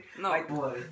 No